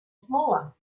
smaller